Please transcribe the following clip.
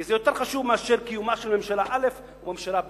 כי זה יותר חשוב מאשר קיומה של ממשלה א' או ממשלה ב'.